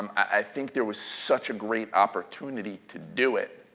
i think there was such a great opportunity to do it.